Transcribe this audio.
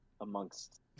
amongst